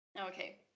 Okay